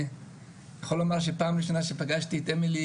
אבל נגיד שצריך אז אפשר למצוא